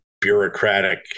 bureaucratic